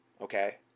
Okay